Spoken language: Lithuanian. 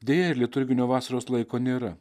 deja liturginio vasaros laiko nėra